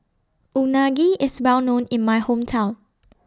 Unagi IS Well known in My Hometown